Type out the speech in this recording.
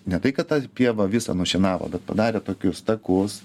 ne tai kad tą pievą visą nušienavo bet padarė tokius takus